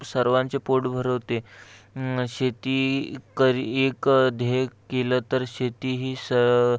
सर्वांचे पोट भरवते शेती करी एक ध्येय केलं तर शेती ही सं